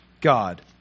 God